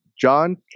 John